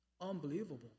unbelievable